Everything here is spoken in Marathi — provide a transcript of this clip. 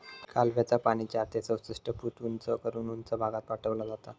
कालव्याचा पाणी चार ते चौसष्ट फूट उंच करून उंच भागात पाठवला जाता